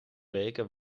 weken